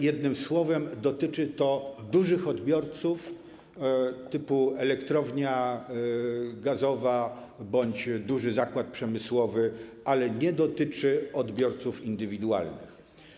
Jednym słowem, dotyczy to dużych odbiorców typu elektrownia gazowa bądź duży zakład przemysłowy, ale nie dotyczy to odbiorców indywidualnych.